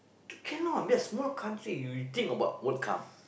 cannot we are small country you think about World-Cup